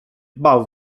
bał